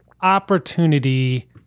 opportunity